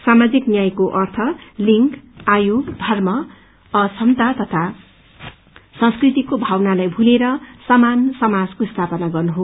सामाजिक न्यायको अर्थ लिंग आयु धर्म अक्षमता तथा संस्कृतिको भावनालाई भूलेर समान समाजको स्थापना गर्नु हो